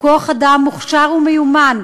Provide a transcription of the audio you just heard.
כוח-אדם מוכשר ומיומן,